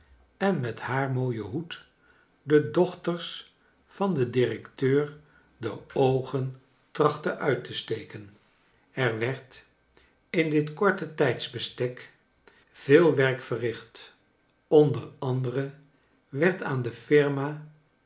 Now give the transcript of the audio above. en met haar mooien hoed de dochters van den directeur de oogen trachtte uit te steken er werd in dit korte tijdsbestek veel werk verricht o a werd aan de firma